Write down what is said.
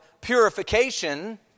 purification